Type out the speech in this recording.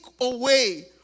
away